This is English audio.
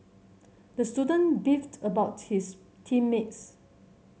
the student beefed about his team mates